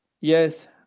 Yes